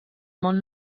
món